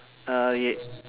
uh y~